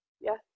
Yes